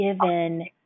given